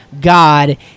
God